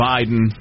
Biden